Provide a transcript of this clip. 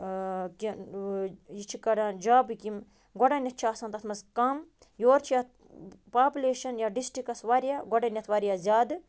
کیٚنہہ یہِ چھِ کڑان جابٕکۍ یِم گۄڈٕنٮ۪تھ چھِ آسان تَتھ منٛز کَم یوٚرٕ چھِ اَتھ پاپٕلیشَن یَتھ ڈِسٹرکَس واریاہ گۄڈٕنٮ۪تھ واریاہ زیادٕ